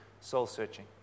Soul-searching